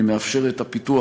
מאפשר את הפיתוח,